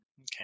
Okay